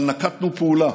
אבל נקטנו פעולה,